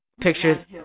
Pictures